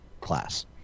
class